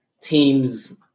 teams